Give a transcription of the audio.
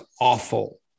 awful